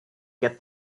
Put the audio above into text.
get